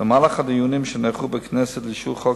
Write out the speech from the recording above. במהלך הדיונים שנערכו בכנסת לאישור חוק